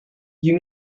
you